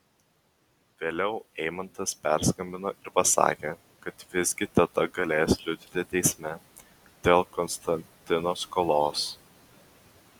vėliau eimantas perskambino ir pasakė kad visgi teta galės liudyti teisme dėl konstantino skolos